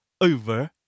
over